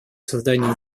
создания